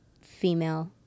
female